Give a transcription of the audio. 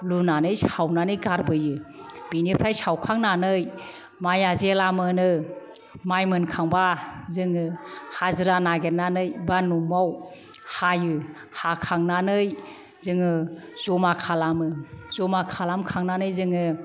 लुनानै सावनानै गारबोयो बेनिफ्राय सावखांनानै माइया जेला मोनो माइ मोनखांबा जोङो हाजिरा नागिरनानै बा न'आव हायो हाखांनानै जोङो ज'मा खालामो ज'मा खालामखांनानै जोङो